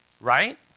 right